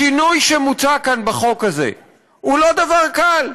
השינוי שמוצע כאן בחוק הזה הוא לא דבר קל.